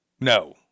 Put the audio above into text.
No